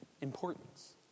importance